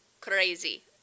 crazy